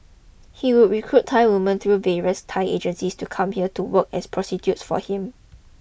he would recruit Thai women through various Thai agents to come here to work as prostitutes for him